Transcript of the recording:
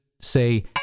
say